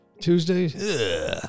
tuesdays